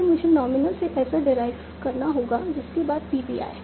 इसलिए मुझे नॉमिनल से ऐसा डेराइव करना होगा जिसके बाद PP आए